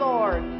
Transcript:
Lord